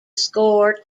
score